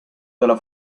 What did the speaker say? della